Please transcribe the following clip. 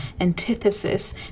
antithesis